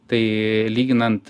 tai lyginant